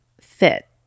fit